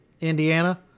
Indiana